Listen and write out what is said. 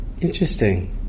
Interesting